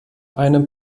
einem